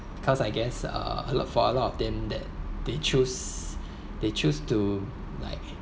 because I guess uh a lot for a lot of them that they choose they choose to like